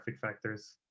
factors